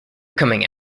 coming